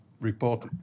report